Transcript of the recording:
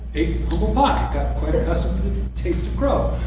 ate humble pie. i got quite accustomed to the taste of crow.